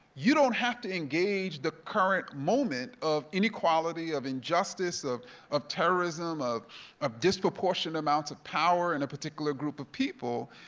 you don't have to engage the current moment of inequality, of injustice, of of terrorism, of of disproportionate amounts of power in a particular group of people.